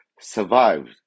survived